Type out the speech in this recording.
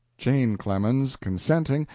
jane clemens, consenting,